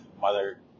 mother